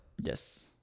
Yes